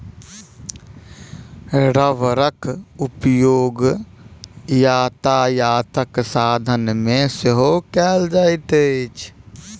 रबड़क उपयोग यातायातक साधन मे सेहो कयल जाइत अछि